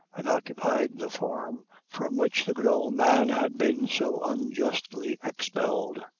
and occupied the farm from which the good old man had been so unjustly expelled.